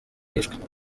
yishwe